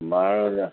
বাৰু